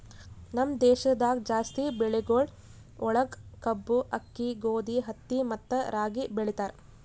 ನಮ್ ದೇಶದಾಗ್ ಜಾಸ್ತಿ ಬೆಳಿಗೊಳ್ ಒಳಗ್ ಕಬ್ಬು, ಆಕ್ಕಿ, ಗೋದಿ, ಹತ್ತಿ ಮತ್ತ ರಾಗಿ ಬೆಳಿತಾರ್